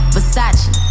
Versace